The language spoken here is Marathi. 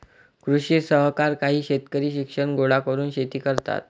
कृषी सहकार काही शेतकरी शिक्षण गोळा करून शेती करतात